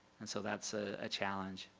and so that's ah a challenge.